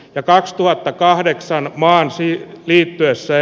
ja karstula kahdeksan maan siihen liittyä se